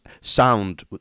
sound